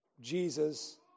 Jesus